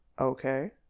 okay